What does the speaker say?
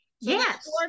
Yes